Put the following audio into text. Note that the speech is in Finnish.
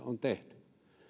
on tehty